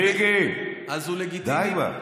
מיקי, די כבר.